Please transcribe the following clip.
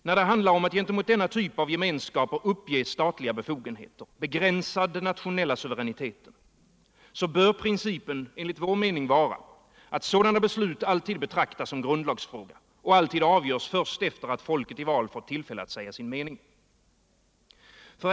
När det handlar om att gentemot denna typ av gemenskaper uppge statliga befogenheter och därmed begränsa den nationella suveräniteten bör principen enligt vår mening vara att sådana beslut alltid betraktas som grundlagsfrågor som skall avgöras först efter det att folket i val fått tillfälle att säga sin mening.